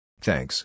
Thanks